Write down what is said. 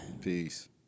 Peace